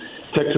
Texas